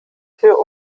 für